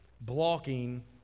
blocking